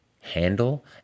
handle